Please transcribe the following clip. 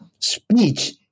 speech